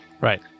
Right